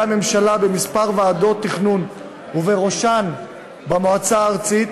הממשלה בכמה ועדות תכנון ובראשן במועצה הארצית,